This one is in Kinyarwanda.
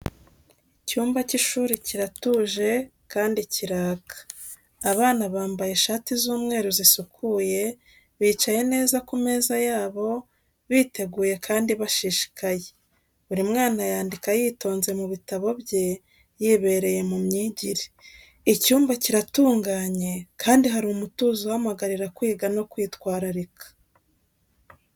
Icyumba cy’ishuri kiratuje kandi kiraka. Abana bambaye ishati z’umweru zisukuye, bicaye neza ku meza yabo, biteguye kandi bashishikaye. Buri mwana yandika yitonze mu bitabo bye, yibereye mu myigire. Icyumba kiratunganye kandi hari umutuzo uhamagarira kwiga no kwitwararika.